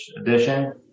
edition